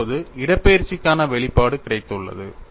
இப்போது இடப்பெயர்ச்சிக்கான வெளிப்பாடு கிடைத்துள்ளது